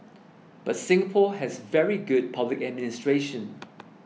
but Singapore has very good public administration